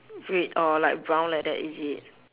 red or like brown like that is it